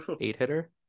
eight-hitter